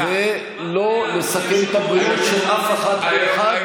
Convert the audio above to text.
ולא לסכן את הבריאות של אף אחת ואחד,